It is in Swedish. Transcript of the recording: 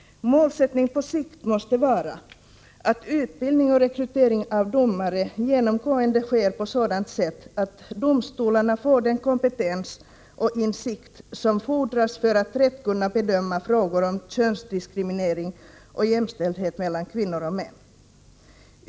Målsättningen på sikt måste vara att utbildning och rekrytering av domare genomgående sker på sådant sätt att domstolarna får den kompetens och insikt som fordras för att rätt kunna bedöma frågor om könsdiskriminering och jämställdhet mellan kvinnor och män.